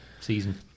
season